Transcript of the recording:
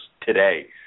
today